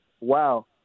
wow